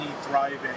thriving